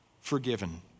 forgiven